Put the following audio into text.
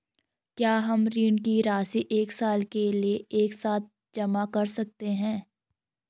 क्या हम ऋण की राशि एक साल के लिए एक साथ जमा कर सकते हैं?